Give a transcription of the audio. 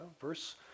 verse